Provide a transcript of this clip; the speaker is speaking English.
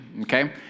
okay